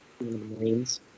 Marines